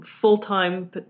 full-time